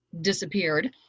disappeared